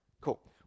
cool